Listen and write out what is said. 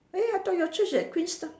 eh I thought your church at queenstown